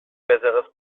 besseres